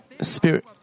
spirit